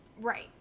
Right